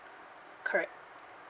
correct